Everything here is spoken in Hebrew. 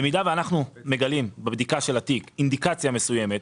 במידה ואנחנו מגלים בבדיקה של התיק אינדיקציה מסוימת,